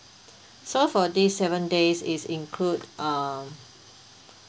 so for these seven days it's include um